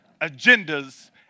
agendas